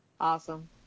Awesome